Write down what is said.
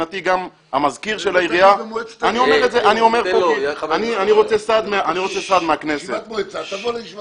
אני רוצה סעד מהכנסת.